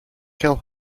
kill